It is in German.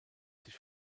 sich